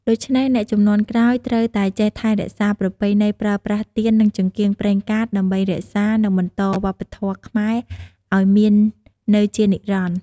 ដូច្នេះ អ្នកជំនាន់ក្រោយត្រូវតែចេះថែរក្សាប្រពៃណីប្រើប្រាស់ទៀន និងចង្កៀងប្រេងកាត ដើម្បីរក្សា និងបន្តវប្បធម៌ខ្មែរឲ្យមាននៅជានិរន្តរ៍។